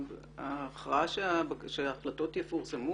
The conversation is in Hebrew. ההכרעה שההחלטות יפורסמו,